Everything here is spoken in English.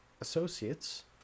associates